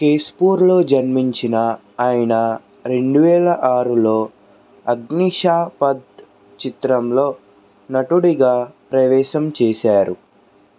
కేశ్పూర్లో జన్మించిన ఆయన రెండు వేలఆరులో అగ్నీషాపథ్ చిత్రంలో నటుడిగా ప్రవేశం చేశారు